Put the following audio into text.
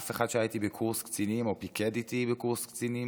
אף אחד שהיה איתי בקורס קצינים או פיקד איתי בקורס קצינים